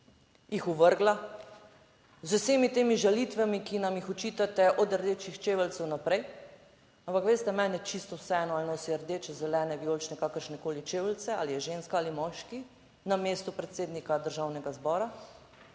jih ovrgla, z vsemi temi žalitvami, ki nam jih očitate, od rdečih čeveljcev naprej, ampak veste, meni je čisto vseeno ali nosi rdeče, zelene, vijolične, kakršnekoli čeveljce, ali je ženska ali moški na mestu predsednika Državnega zbora,